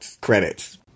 credits